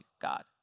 God